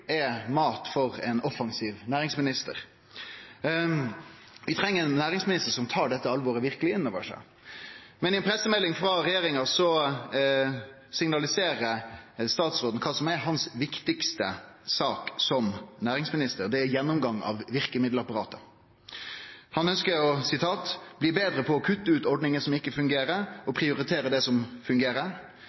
er mat for ein offensiv næringsminister. Vi treng ein næringsminister som tar dette alvoret verkeleg inn over seg. Men i ei pressemelding frå regjeringa signaliserer statsråden kva som er hans viktigaste sak som næringsminister. Det er gjennomgang av verkemiddelapparatet. Han ønskjer å «bli bedre på å kutte ut ordninger som ikke fungerer, og prioritere det som fungerer».